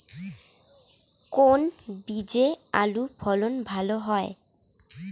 কোন বীজে আলুর ফলন ভালো হয়?